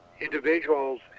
individuals